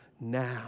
now